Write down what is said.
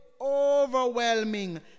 overwhelming